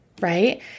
right